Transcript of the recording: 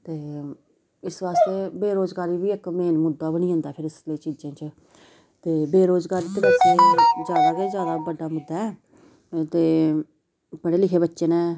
ते इस वास्ते बेरोजगारी बी इक मेन मुद्दा बनी जंदा ऐ फिर इस लेई चीजें च ते बेरोजगारी ते बैसे जैदा गै जैदा बड्डा मुद्दा ऐ ते पढ़े लिखे बच्चे न